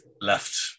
left